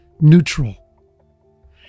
neutral